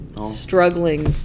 struggling